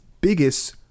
biggest